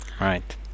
right